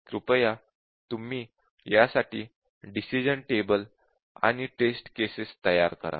कृपया तुम्ही यासाठी डिसिश़न टेबल आणि टेस्ट केसेस तयार करा